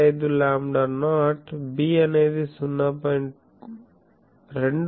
5 lambda not B అనేది 0